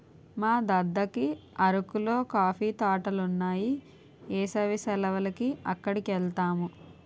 మా దద్దకి అరకులో కాఫీ తోటలున్నాయి ఏసవి సెలవులకి అక్కడికెలతాము